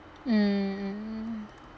um